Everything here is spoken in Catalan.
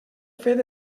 fet